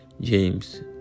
james